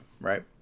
right